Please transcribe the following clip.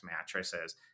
mattresses